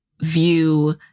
view